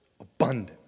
abundant